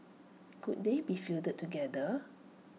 could they be fielded together